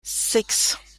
six